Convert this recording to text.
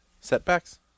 Setbacks